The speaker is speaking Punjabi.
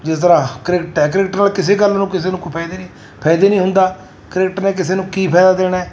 ਜਿਸ ਤਰ੍ਹਾਂ ਕ੍ਰਿਕਟ ਹੈ ਕ੍ਰਿਕਟ ਨਾਲ ਕਿਸੇ ਗੱਲ ਨੂੰ ਕਿਸੇ ਨੂੰ ਕੋਈ ਫਾਇਦੇ ਨਹੀਂ ਫਾਇਦੇ ਨਹੀਂ ਹੁੰਦਾ ਕ੍ਰਿਕਟ ਨੇ ਕਿਸੇ ਨੂੰ ਕੀ ਫਾਇਦਾ ਦੇਣਾ